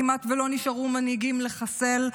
כמעט ולא נשארו מנהיגים לחסל,